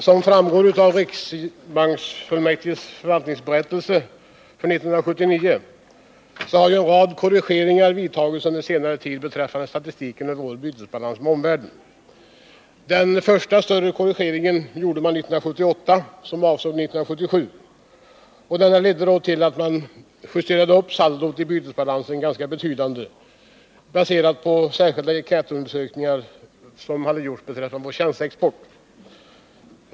Som framgår av riksbanksfullmäktiges förvaltningsberättelse för 1979 har en rad korrigeringar vidtagits under senare tid beträffande statistiken över vår bytesbalans med omvärlden. Den första större korrigeringen gjordes 1978 och avsåg år 1977. Den ledde till en betydande uppjustering av saldot i bytesbalansen och baserades på särskilda enkäter som gjorts beträffande vår tjänsteexport.